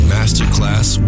Masterclass